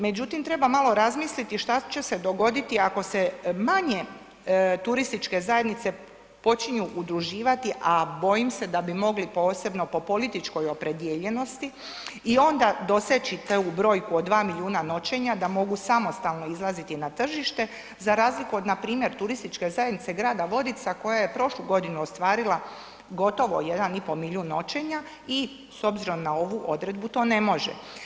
Međutim, treba malo razmisliti što će se dogoditi ako se manje turističke zajednice počinju udruživati, a bojim se da bi mogli posebno po političkoj opredijeljenosti i onda doseći tu brojku od 2 milijuna noćenja da mogu samostalno izlaziti na tržište, za razliku od npr. Turističke zajednice Grada Vodica koja je prošlu godinu ostvarila gotovo 1 i pol milijun noćenja i s obzirom na ovu odredbu to ne može.